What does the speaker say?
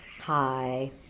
Hi